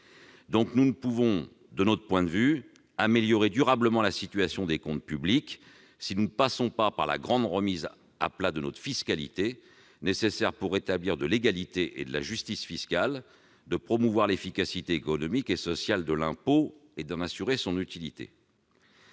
! Nous ne pouvons pas, de notre point de vue, améliorer durablement la situation des comptes publics si nous ne passons pas par une grande remise à plat de notre fiscalité, laquelle est nécessaire pour rétablir l'égalité et la justice fiscales, promouvoir l'efficacité économique et sociale de l'impôt et assurer son utilité.